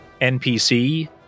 npc